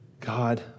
God